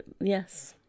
yes